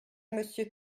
monsieur